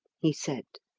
he said.